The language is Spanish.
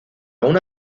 una